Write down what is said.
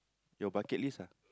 your bucket list ah